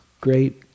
great